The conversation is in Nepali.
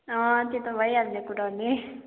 अँ त्यो त भइहाल्छ पुर्याउने